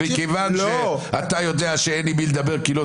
מכיוון שאתה יודע שאין עם מי לדבר כי לא